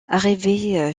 arrivée